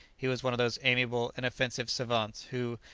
he was one of those amiable, inoffensive savants who,